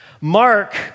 Mark